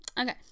okay